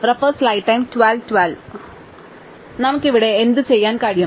അതിനാൽ നമുക്ക് ഇവിടെ എന്തുചെയ്യാൻ കഴിയും